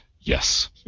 Yes